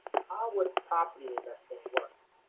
how would property investing work?